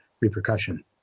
repercussion